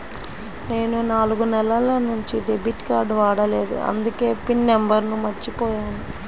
నేను నాలుగు నెలల నుంచి డెబిట్ కార్డ్ వాడలేదు అందుకే పిన్ నంబర్ను మర్చిపోయాను